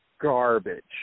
garbage